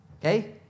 okay